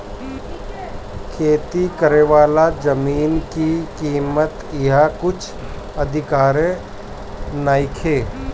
खेती करेवाला जमीन के कीमत इहा कुछ अधिका नइखे